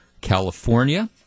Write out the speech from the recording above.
California